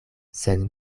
sen